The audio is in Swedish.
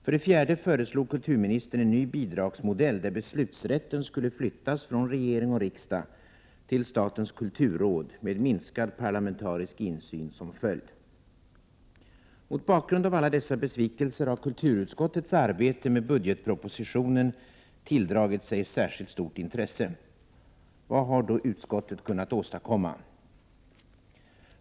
För det fjärde föreslog kulturministern en ny bidragsmodell där beslutsrätten skulle flyttas från regering och riksdag till statens kulturråd med minskad parlamentarisk insyn som följd. Mot bakgrund av alla dessa besvikelser har kulturutskottets arbete med budgetpropositionen tilldragit sig särskilt stort intresse. Vad har då utskottet kunnat åstadkomma?